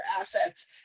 assets